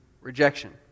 rejection